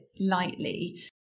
lightly